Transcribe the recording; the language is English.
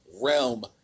realm